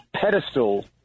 pedestal